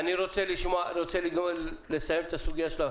אני רוצה לסיים את הסוגיה.